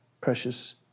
precious